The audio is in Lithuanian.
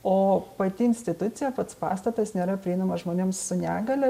o pati institucija pats pastatas nėra prieinamas žmonėms su negalia